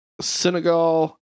Senegal